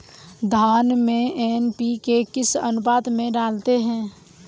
धान में एन.पी.के किस अनुपात में डालते हैं?